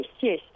yes